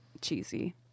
cheesy